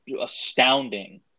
astounding